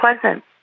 pleasant